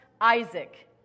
Isaac